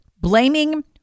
blaming